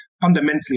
fundamentally